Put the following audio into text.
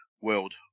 world